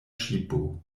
ŝipo